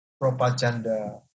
propaganda